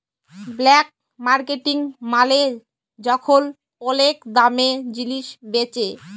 black marketing মালে যখল ওলেক দামে জিলিস বেঁচে